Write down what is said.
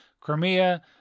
Crimea